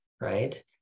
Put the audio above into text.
right